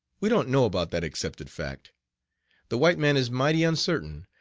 we don't know about that accepted fact the white man is mighty uncertain,